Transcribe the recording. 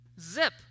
Zip